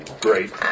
great